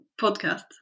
podcast